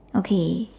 okay